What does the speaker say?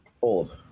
Fold